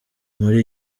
muri